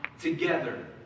together